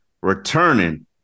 returning